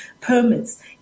permits